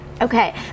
Okay